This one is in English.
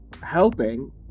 helping